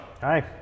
Hi